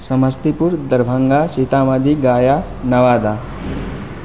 Samastipur Darbhanga Sitamarhi Gaya Nawada